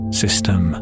system